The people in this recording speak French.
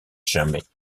jamais